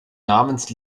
namens